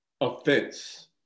offense